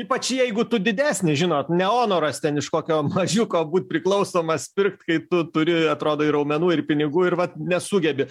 ypač jeigu tu didesnis žinot ne onorast ten iš kokio mažiuko būt priklausomas pirkt kai tu turi atrodo ir raumenų ir pinigų ir vat nesugebi